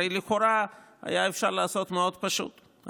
הרי לכאורה היה אפשר לעשות פשוט מאוד.